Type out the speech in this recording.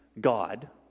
God